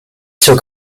zur